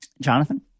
Jonathan